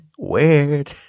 weird